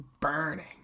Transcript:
burning